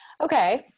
Okay